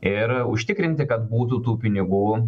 ir užtikrinti kad būtų tų pinigų